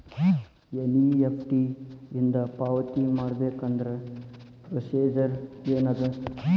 NEFT ಇಂದ ಪಾವತಿ ಮಾಡಬೇಕಂದ್ರ ಪ್ರೊಸೇಜರ್ ಏನದ